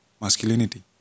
masculinity